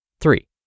Three